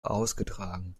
ausgetragen